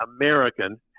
American